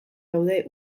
gaude